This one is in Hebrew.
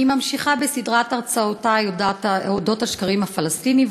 אני ממשיכה בסדרת הרצאותי על אודות השקרים הפלסטיניים,